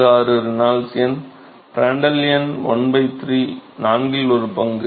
86 Reynolds எண் பிராண்ட்ட்ல் எண் 1 3 நான்கில் ஒரு பங்கு